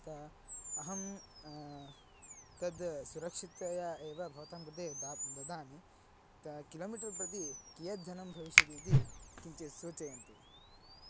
तत् अहं तत् सुरक्षिततया एव भवतां कृते दाप् ददामि तत् किलो मिटर् प्रति कियद्धनं भविष्यति इति किञ्चित् सूचयन्तु